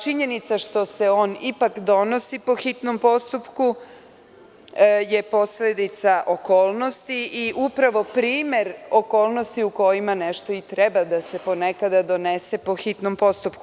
Činjenica što se on ipak donosi po hitnom postupku je posledica okolnosti i primer okolnosti u kojima nešto i treba po nekada da se donese po hitnom postupku.